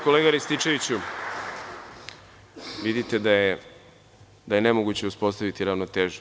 Kolega Rističeviću, vidite da je nemoguće uspostaviti ravnotežu.